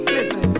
Listen